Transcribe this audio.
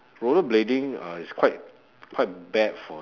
rollerblading uh is quite quite bad for